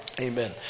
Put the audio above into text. amen